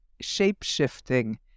shape-shifting